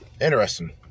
Interesting